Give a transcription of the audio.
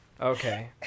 Okay